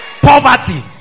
poverty